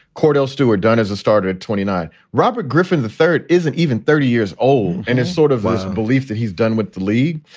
kordell stewart dunn as a starter at twenty nine. robert griffin, the third isn't even thirty years old. and it's sort of doesn't believe that he's done with the league.